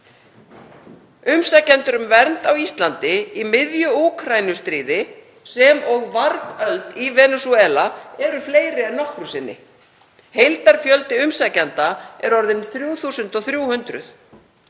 Umsækjendur um vernd á Íslandi í miðju Úkraínustríði sem og vargöld í Venesúela eru fleiri en nokkru sinni. Heildarfjöldi umsækjenda er orðinn 3.300.